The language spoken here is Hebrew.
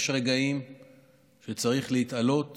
יש רגעים שצריך להתעלות